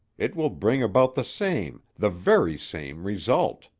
it will bring about the same, the very same, result.